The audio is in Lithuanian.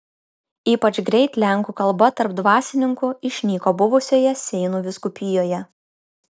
ypač greit lenkų kalba tarp dvasininkų išnyko buvusioje seinų vyskupijoje